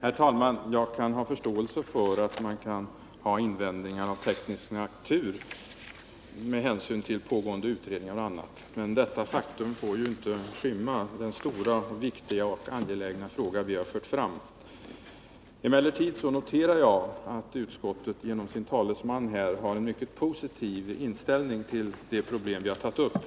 Herr talman! Jag kan ha förståelse för att man kan ha invändningar av teknisk natur med hänsyn till pågående utredningar och annat. Men detta faktum får inte skymma den stora och angelägna fråga som vi har fört fram. Emellertid noterar jag att utskottet genom sin talesman har framfört en mycket positiv inställning till de problem som vi har tagit upp.